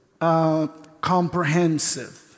comprehensive